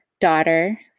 daughter